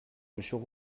monsieur